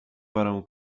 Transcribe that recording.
parę